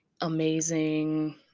amazing